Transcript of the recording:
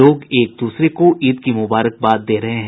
लोग एक दूसरे को ईद की मुबारकबाद दे रहे हैं